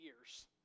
years